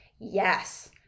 yes